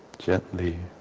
gently